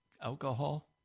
alcohol